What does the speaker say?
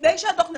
לפני שהדו"ח נחתם,